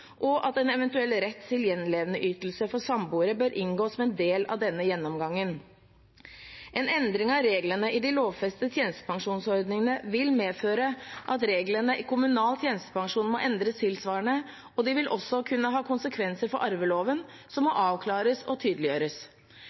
og at en eventuell rett til gjenlevendeytelse for samboere bør inngå som en del av denne gjennomgangen. En endring av reglene i de lovfestede tjenestepensjonsordningene vil medføre at reglene i kommunal tjenestepensjon må endres tilsvarende, og de vil også kunne ha konsekvenser for arveloven, som må avklares og tydeliggjøres.